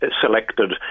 selected